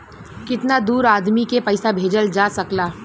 कितना दूर आदमी के पैसा भेजल जा सकला?